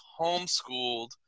homeschooled